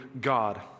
God